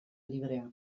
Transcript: librea